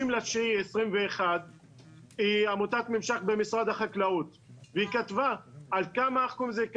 בספטמבר 21'. היא כתבה עד כמה הוועדה הזאת מתרשלת